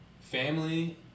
Family